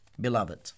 beloved